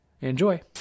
enjoy